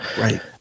right